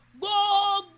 go